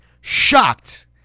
shocked